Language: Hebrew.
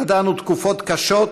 ידענו תקופות קשות,